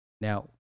Now